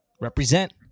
Represent